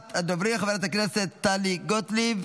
חבר הכנסת סובה,